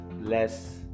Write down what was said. less